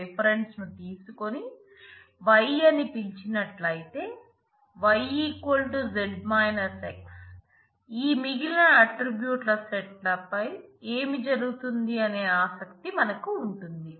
division ను తీసుకొని y అని పిలిచినట్లయితే yz x ఈ మిగిలిన ఆట్రిబ్యూట్ల సెట్ పై ఏమి జరుగుతుందనే ఆసక్తి మనకు ఉంటుంది